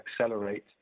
accelerate